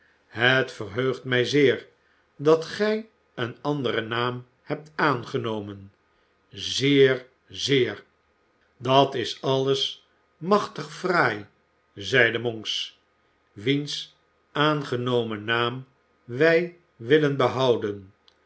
het verheugt mij zeer dat gij een anderen naam hebt aangenomen zeer zeer dat is alles machtig fraai zeide monks wiens aangenomen naam